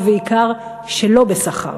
ובעיקר שלא בשכר,